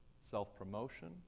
self-promotion